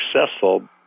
successful